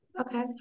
Okay